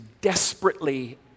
desperately